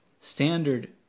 standard